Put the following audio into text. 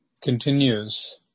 continues